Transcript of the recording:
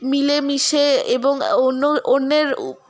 মিলেমিশে এবং অন্য অন্যের উ